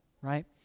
Right